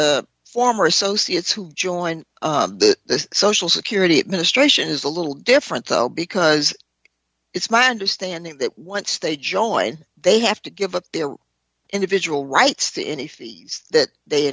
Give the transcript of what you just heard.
former associates who joined this social security administration is a little different because it's my understanding that once they join they have to give up their individual rights to any fees that they